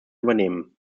übernehmen